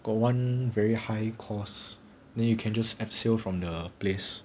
got one very high course then you can just abseil from the place